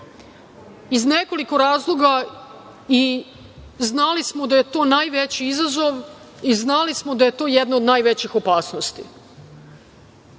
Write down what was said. iz nekoliko razloga i znali smo da je to najveći izazov i znali smo da je to jedna od najvećih opasnosti